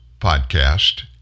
podcast